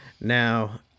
Now